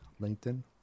linkedin